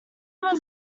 was